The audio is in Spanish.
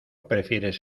prefieres